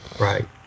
Right